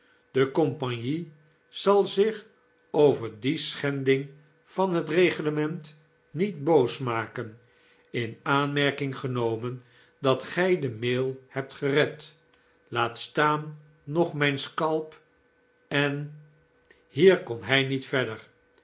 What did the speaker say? de compagnie zal zich over die schending van het reglement niet boos maken in aanmerking genomen dat gij de maal hebt gered laatstaan nog myn scalp en hier kon hy niet meer